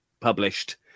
published